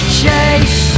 chase